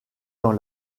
dans